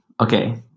okay